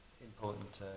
important